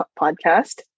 podcast